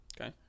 okay